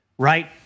Right